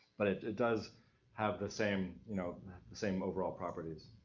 but it does have the same, you know the same overall properties.